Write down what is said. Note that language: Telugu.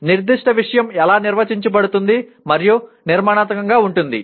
ఒక నిర్దిష్ట విషయం ఎలా నిర్వహించబడుతుంది మరియు నిర్మాణాత్మకంగా ఉంటుంది